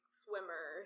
swimmer